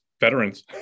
veterans